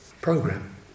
Program